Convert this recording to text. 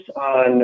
on